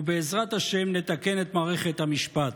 ובעזרת השם נתקן את מערכת המשפט.